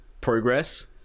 progress